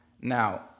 Now